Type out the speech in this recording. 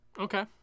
Okay